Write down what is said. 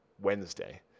Wednesday